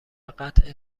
قطع